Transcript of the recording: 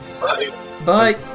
Bye